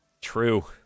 True